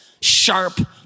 sharp